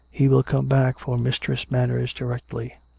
he will come back for mistress manners directly.